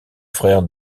frère